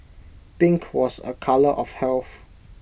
pink was A colour of health